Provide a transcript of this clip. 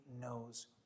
knows